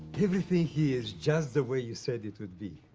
everything here is just the way you said it would be.